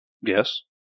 Yes